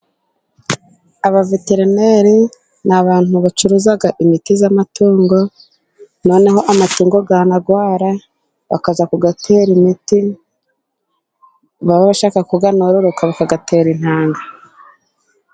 Abaveterineri ni abantu bacuruza imiti y'amatungo, noneho amatungo yanarwara bakaza kuyatera imiti, baba bashaka ko anororoka bakayatera intanga.